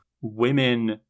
women